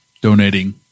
donating